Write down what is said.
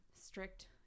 strict